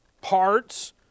Parts